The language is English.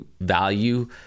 value